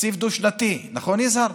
תקציב דו-שנתי, נכון, יזהר?